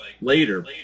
later